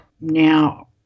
Now